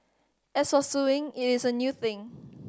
as for suing it is a new thing